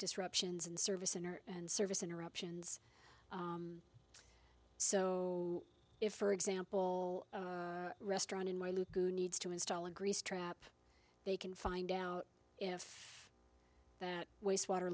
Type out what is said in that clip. disruptions in service centers and service interruptions so if for example restaurant in my needs to install a grease trap they can find out if that wastewater